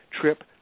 trip